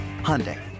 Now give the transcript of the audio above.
Hyundai